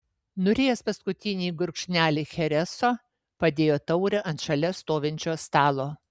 nurijęs paskutinį gurkšnelį chereso padėjo taurę ant šalia stovinčio stalo